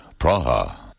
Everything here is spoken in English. Praha